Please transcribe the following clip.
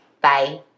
Bye